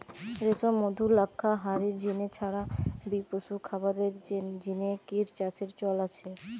রেশম, মধু, লাক্ষা হারির জিনে ছাড়া বি পশুর খাবারের জিনে কিট চাষের চল আছে